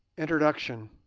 introduction